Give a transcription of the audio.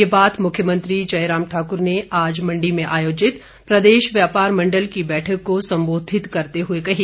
ये बात मुख्यमंत्री जयराम ठाक्र ने आज मंडी में आयोजित प्रदेश व्यापार मंडल की बैठक को संबोधित करते हुए कही